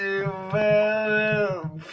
Develop